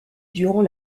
durant